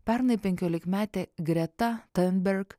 pernai penkiolikmetė greta tiunberg